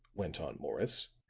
went on morris,